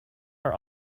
are